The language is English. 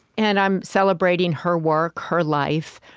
and i'm celebrating her work, her life,